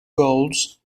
goals